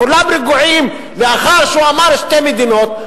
כולם רגועים לאחר שהוא אמר: שתי מדינות,